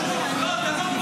אז אתם מונעים עכשיו מינוי.